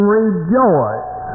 rejoice